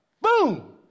Boom